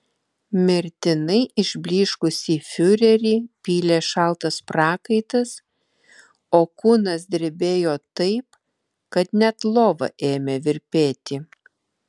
mirtinai išblyškusį fiurerį pylė šaltas prakaitas o kūnas drebėjo taip kad net lova ėmė virpėti